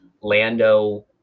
Lando